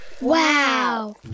Wow